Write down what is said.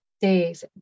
Days